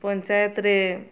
ପଞ୍ଚାୟତରେ